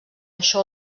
això